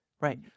Right